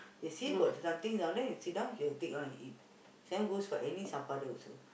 they see got something down there they sit down they will take one and eat same goes for any also